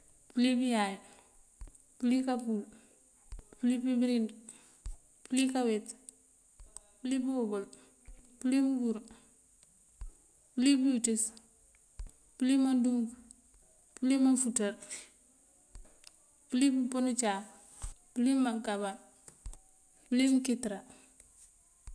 Pёlí biyáay, pёlí kapύul pёlí pibёrid, pёlí kaweet, pёlí pёwёbёl, pёlí mёngur, pёlí bёwiţёs, pёlí mandúunk, pёlí manfuţar, pёlí pёpёn ucáak, pёlí mangámbar, pёlí mёnkitёrá.